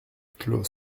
clos